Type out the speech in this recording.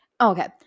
okay